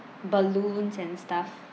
balloons and stuff